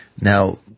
now